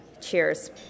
Cheers